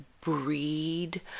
breed